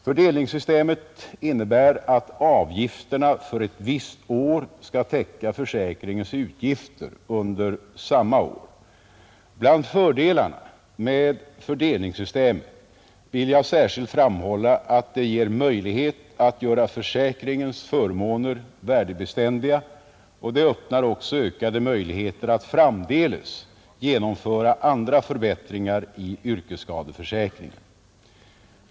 Fördelningssystemet innebär att avgifterna för ett visst år skall täcka försäkringens utgifter under samma år. Bland fördelarna med fördelningssystemet vill jag särskilt framhålla att det ger möjlighet att göra försäkringens förmåner värdebeständiga och det öppnar också ökade möjligheter att framdeles genomföra andra förbättringar i yrkesskadeförsäkringen.